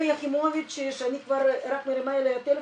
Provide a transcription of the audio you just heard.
אני חושב שאני לא אגיד את הערכתי.